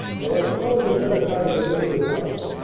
well, i suppose i better try to get into this house.